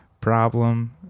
problem